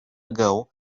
ago